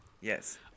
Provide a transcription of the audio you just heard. Yes